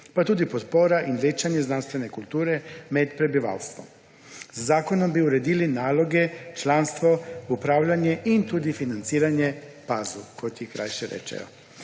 pa tudi podpora in večanje znanstvene kulture med prebivalstvom. Z zakonom bi uredili naloge, članstvo, upravljanje in tudi financiranje PAZU, kot ji krajše rečejo.